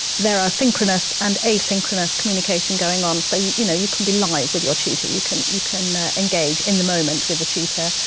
there are synchronous and asynchronous communication going on. so you you know you can be live with your tutor. you can you can engage in the moment with the tutor.